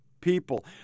people